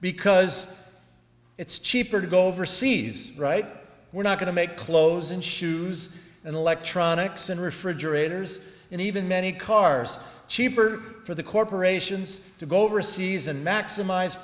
because it's cheaper to go overseas right we're not going to make clothes and shoes and electronics and refrigerators and even many cars cheaper for the corporations to go overseas and maximize